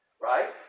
Right